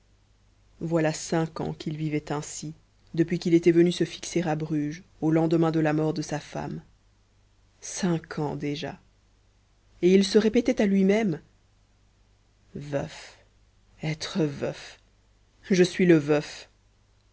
voilà cinq ans qu'il vivait ainsi depuis qu'il était venu se fixer à bruges au lendemain de la mort de sa femme cinq ans déjà et il se répétait à lui-même veuf être veuf je suis le veuf